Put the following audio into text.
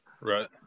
Right